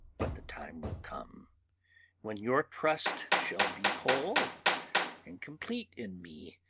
but the time will come when your trust shall be whole and complete in me,